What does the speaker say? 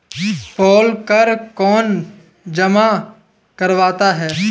पोल कर कौन जमा करवाता है?